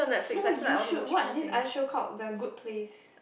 no you should watch this other show called the good place